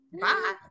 Bye